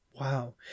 Wow